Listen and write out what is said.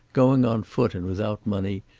going on foot and without money,